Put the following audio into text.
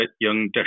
young